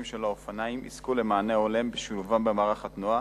של האופניים יזכו למענה הולם בשילובם במערך התנועה,